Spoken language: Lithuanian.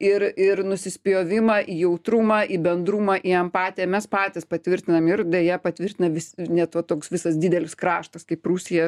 ir ir nusispjovimą į jautrumą į bendrumą į empatiją mes patys patvirtinam ir deja patvirtina vis net va toks visas didelis kraštas kaip rusija